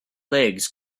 legs